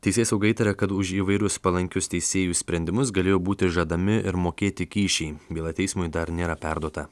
teisėsauga įtaria kad už įvairius palankius teisėjų sprendimus galėjo būti žadami ir mokėti kyšiai byla teismui dar nėra perduota